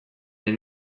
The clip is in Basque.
den